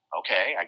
okay